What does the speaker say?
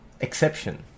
exception